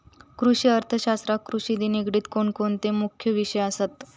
कृषि अर्थशास्त्रात कृषिशी निगडीत कोणकोणते मुख्य विषय असत?